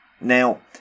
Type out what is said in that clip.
Now